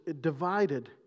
divided